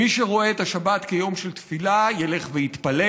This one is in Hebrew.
מי שרואה את השבת כיום של תפילה ילך ויתפלל,